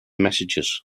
messages